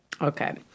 Okay